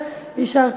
23 בעד, אין מתנגדים.